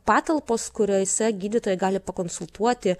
patalpos kuriose gydytojai gali pakonsultuoti